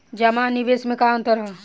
जमा आ निवेश में का अंतर ह?